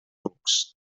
rucs